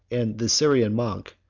and the syrian monk,